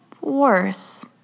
worse